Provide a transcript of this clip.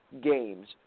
games